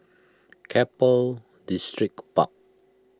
Keppel Distripark